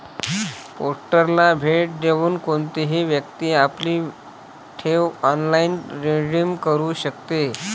पोर्टलला भेट देऊन कोणतीही व्यक्ती आपली ठेव ऑनलाइन रिडीम करू शकते